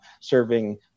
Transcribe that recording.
serving